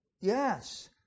yes